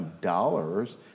dollars